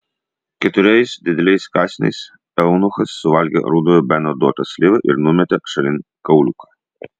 keturiais dideliais kąsniais eunuchas suvalgė rudojo beno duotą slyvą ir numetė šalin kauliuką